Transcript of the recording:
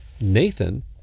nathan